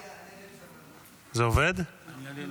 הצעת חוק להנצחת זכרו של מרן הרב עובדיה יוסף,